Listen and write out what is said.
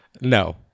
no